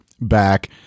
back